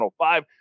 105